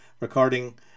recording